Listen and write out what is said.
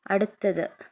അടുത്തത്